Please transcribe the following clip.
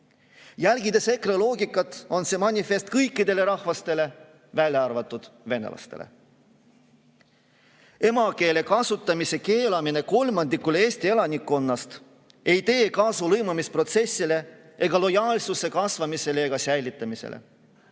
Jälgides EKRE loogikat, on see manifest kõikidele rahvastele, välja arvatud venelastele. Emakeele kasutamise keelamine kolmandikule Eesti elanikkonnast ei tee kasu lõimumisprotsessile, lojaalsuse kasvamisele ega säilimisele.